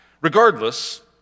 Regardless